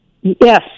Yes